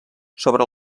sobre